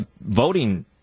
voting